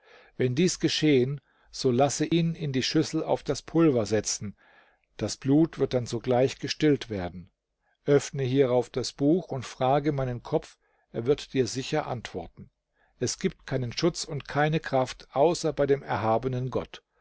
wenn dies geschehen so lasse ihn in die schüssel auf das pulver setzen das blut wird dann sogleich gestillt werden öffne hierauf das buch und frage meinen kopf er wird dir sicher antworten es gibt keinen schutz und keine kraft außer bei dem erhabenen gott